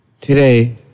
Today